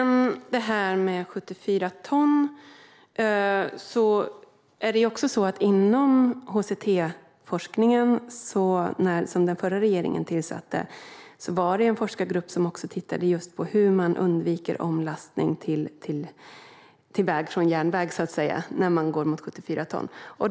När det gäller detta med 74 ton är det så att det inom HCT-forskningen, som den förra regeringen tillsatte, var en forskargrupp som tittade just på hur man undviker omlastning till väg från järnväg när man går mot 74 ton.